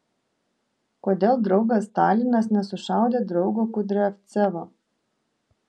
kodėl draugas stalinas nesušaudė draugo kudriavcevo